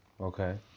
Okay